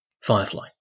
Firefly